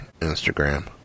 Instagram